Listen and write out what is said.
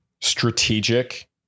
strategic